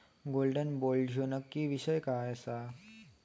Gold bond ह्यो नक्की विषय काय आसा?